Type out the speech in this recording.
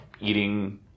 eating